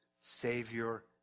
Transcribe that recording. Savior